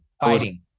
Fighting